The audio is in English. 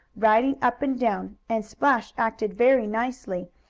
riding up and down, and splash acted very nicely,